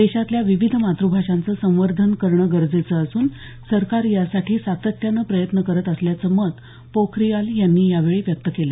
देशातल्या विविध मातुभाषांचं संवर्धन करणं गरजेचं असून सरकार यासाठी सातत्यानं प्रयत्न करत असल्याचं मत पोखरियाल यांनी यावेळी व्यक्त केलं